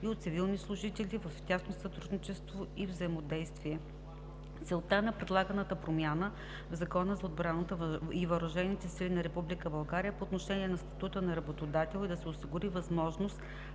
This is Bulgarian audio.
и от цивилни служители в тясно сътрудничество и взаимодействие. Целта на предлаганата промяна в Закона за отбраната и въоръжените сили на Република България по отношение статута на работодател е да се осигури възможност